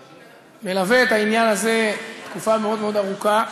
שמלווה את העניין הזה תקופה מאוד מאוד ארוכה.